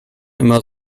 immer